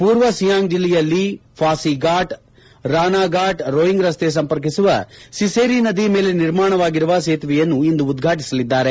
ಪೂರ್ವ ಸಿಯಾಂಗ್ ಜಿಲ್ಲೆಯಲ್ಲಿ ಫಾಸಿಫಾಟ್ ರಾನಾಫಾಟ್ ರೋಯಿಂಗ್ ರಸ್ತೆ ಸಂಪರ್ಕಿಸುವ ಸಿಸೇರಿ ನದಿ ಮೇಲೆ ನಿರ್ಮಾಣವಾಗಿರುವ ಸೇತುವೆಯನ್ನು ಇಂದು ಉದ್ಘಾಟಿಸಲಿದ್ದಾರೆ